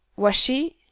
washy?